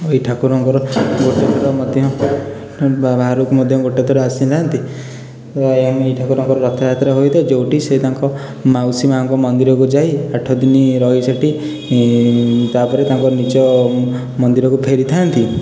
ଏହି ଠାକୁରଙ୍କ ଗୋଟେ ଥର ମଧ୍ୟ ବାହାରକୁ ମଧ୍ୟ ଗୋଟେ ଥର ଆସି ନାହାଁନ୍ତି ଏହି ଠାକୁରଙ୍କର ରଥଯାତ୍ରା ହେଇଥାଏ ଯେଉଁଠି ତାଙ୍କ ମାଉସୀ ମାଙ୍କ ମନ୍ଦିରକୁ ଯାଇଁ ଆଠ ଦିନ ରହି ସେଇଠି ତା'ପରେ ତାଙ୍କ ନିଜ ମନ୍ଦିରକୁ ଫେରିଥାନ୍ତି